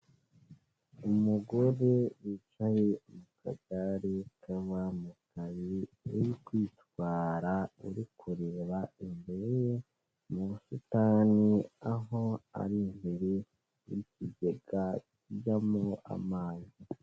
Umugore wicaye mu kagare kabamugaye, uri kwitwara, uri kureba imbere ye mu busitani, aho ari imbere y'ikigega kijyamo amazi.